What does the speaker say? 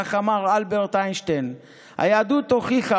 כך אמר אלברט איינשטיין: "היהדות הוכיחה